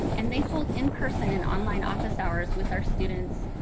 um and they hold in-person and online office hours with our students.